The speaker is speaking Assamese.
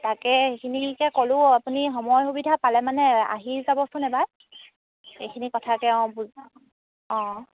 তাকে সেইখিনিকে ক'লোঁ আপুনি সময় সুবিধা পালে মানে আহি যাবচোন এবাৰ এইখিনি কথাকে বু অঁ অঁ